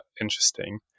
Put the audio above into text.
interesting